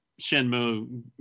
Shenmue